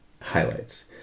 highlights